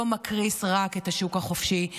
לא מקריס רק את השוק החופשי,